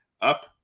up